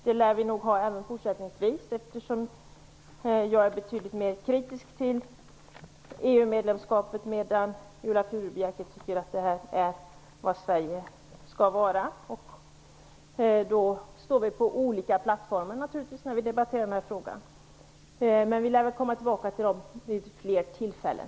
Det lär vi nog ha även fortsättningsvis, eftersom jag är betydligt mer kritisk till EU-medlemskapet än Viola Furubjelke tycker att Sverige skall vara medlem i EU. Vi står alltså på olika plattformar när vi debatterar denna fråga. Vi lär komma tillbaka till detta vid fler tillfällen.